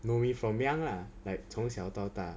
know me from young lah like 从小到大